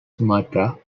sumatra